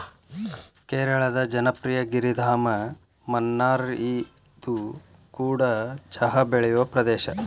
ಕೇರಳದ ಜನಪ್ರಿಯ ಗಿರಿಧಾಮ ಮುನ್ನಾರ್ಇದು ಕೂಡ ಚಹಾ ಬೆಳೆಯುವ ಪ್ರದೇಶ